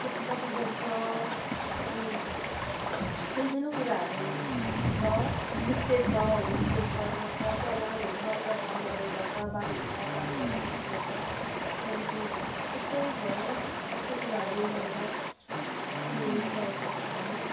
खेतीपाती गर्छ अनि सान्सानु कुराहरू छ होम स्टे छ होमस्टेबाट छ चिया बगानहरू छ चिया बगानबाट उयो गर्छ बारीहरू छ बारीबाट त्यो उयो गर्छ त्यहाँदेखि यस्तै भयो यस्तै कुराहरू उयो गरेर नियमित प्रयोग गर्छौँ हामी